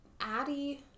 Addie